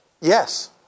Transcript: Yes